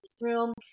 room